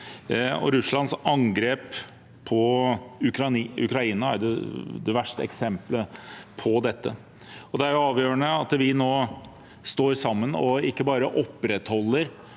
Russlands angrep på Ukraina er vel det verste eksempelet på dette. Det er avgjørende at vi nå står sammen og ikke bare opprettholder